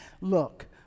look